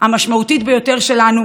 המשמעותית ביותר שלנו,